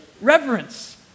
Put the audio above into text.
reverence